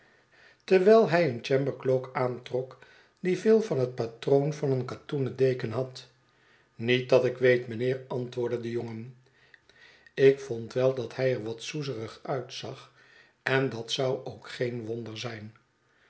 terwijl hij een chambercloak aantrok die veel van het patroon van een katoenen deken had niet dat ik weet mynheer antwoordde de jongen ik vond wel dat hij er wat soezerig uitzag en dat zou ook geen wonder zijn